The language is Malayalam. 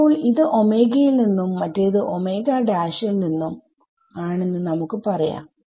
അപ്പോൾ ഇത് ൽ നിന്നും മറ്റേത് ൽ നിന്നും ആണെന്ന് നമുക്ക് പറയാം